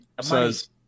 says